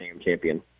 champion